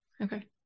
Okay